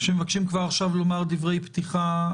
שמבקשים כבר עכשיו לומר דברי פתיחה.